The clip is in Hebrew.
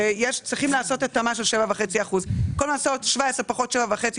צריכים לעשות את המס של 7.5%. במקום לעשות 17% פחות 7.5%,